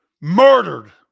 Murdered